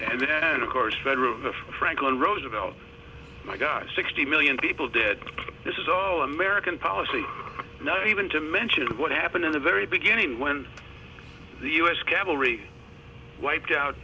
and of course vera of franklin roosevelt my gosh sixty million people dead this is all american policy not even to mention what happened in the very beginning when the us cavalry wiped out